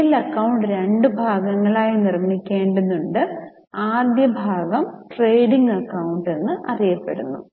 P L account രണ്ട് ഭാഗങ്ങളായി നിർമ്മിക്കേണ്ടതുണ്ട് ആദ്യ ഭാഗം ട്രേഡിംഗ്അക്കൌണ്ട് എന്നറിയപ്പെടുന്നു